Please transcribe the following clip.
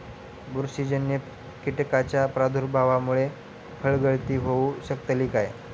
बुरशीजन्य कीटकाच्या प्रादुर्भावामूळे फळगळती होऊ शकतली काय?